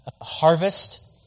harvest